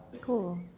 Cool